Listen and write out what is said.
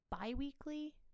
bi-weekly